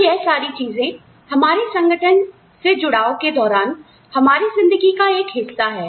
तो यह सारी चीजें हमारे संगठन से जुड़ाव के दौरान हमारी जिंदगी का एक हिस्सा है